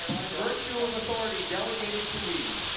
and by virtue of authority delegated to me,